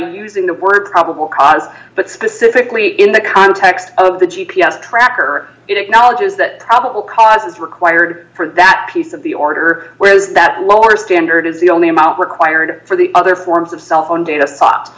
using the word probable cause but specifically in the context of the g p s tracker it acknowledges that probable cause is required for that piece of the order whereas that lower standard is the only amount required for the other forms of cell phone data